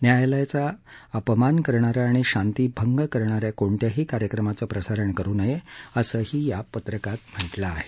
न्यायालयाचा अपमान करणारं आणि शांती भंग करणाऱ्या कोणत्याही कार्यक्रमाचं प्रसारण करू नये असंही या पत्रकात म्हटलं आहे